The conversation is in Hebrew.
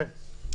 כן.